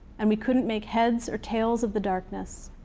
and we couldn't make heads or tails of the darkness,